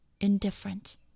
indifferent